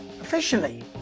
officially